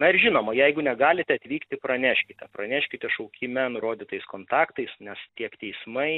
na ir žinoma jeigu negalite atvykti praneškite praneškite šaukime nurodytais kontaktais nes tiek teismai